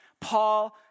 Paul